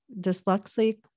Dyslexic